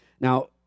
Now